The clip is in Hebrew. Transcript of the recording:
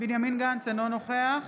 בנימין גנץ, אינו נוכח